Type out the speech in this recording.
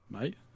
Mate